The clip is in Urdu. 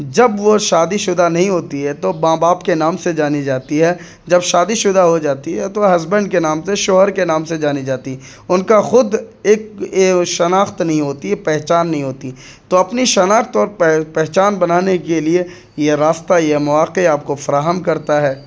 جب وہ شادی شدہ نہیں ہوتی ہے تو ماں باپ کے نام سے جانی جاتی ہے جب شادی شدہ ہو جاتی ہے یا تو ہسبینڈ کے نام سے شوہر کے نام سے جانی جاتی ان کا خود ایک شناخت نہیں ہوتی ہے پہچان نہیں ہوتی تو اپنی شناخت اور پے پہچان بنانے کے لیے یہ راستہ یہ مواقع آپ کو فراہم کرتا ہے